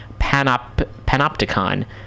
panopticon